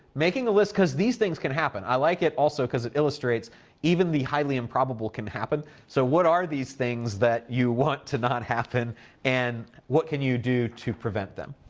making a list. cause these things can happen. i like it, also, cause it illustrates even the highly-improbable can happen. so, what are these things that you want to not happen and what can you do to prevent them?